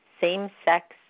same-sex